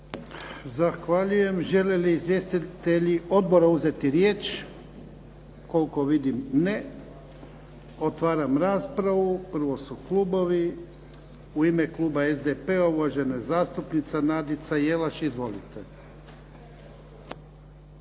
Zahvaljujem. Žele li izvjestitelji odbora uzeti riječ? Koliko vidim ne. Otvaram raspravu. Prvo su klubovi. U ime kluba SDP-a uvažena zastupnica Nadica Jelaš. Izvolite.